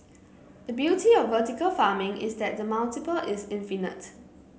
the beauty of vertical farming is that the multiple is infinite